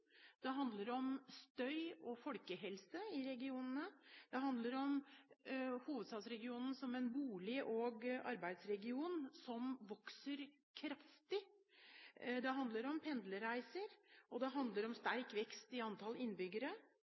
folkehelse i regionene, det handler om hovedstadsregionen som en bolig- og arbeidsregion som vokser kraftig, det handler om pendlerreiser, det handler om sterk vekst i antall innbyggere